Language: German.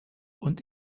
und